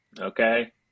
okay